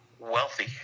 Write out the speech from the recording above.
Wealthy